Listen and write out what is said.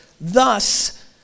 thus